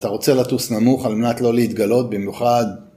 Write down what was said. אתה רוצה לטוס נמוך על מנת לא להתגלות במיוחד?